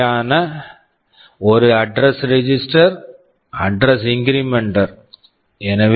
அவையாவன ஒரு address register address register address incrementer address incrementer